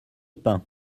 pain